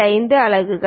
5 அலகுகள்